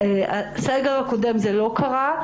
בסגר הקודם המעקב הזה לא קרה,